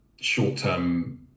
short-term